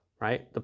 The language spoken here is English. right